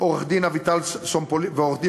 ועורכת-הדין אביטל סומפולינסקי,